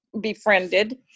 befriended